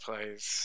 plays